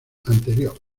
anterior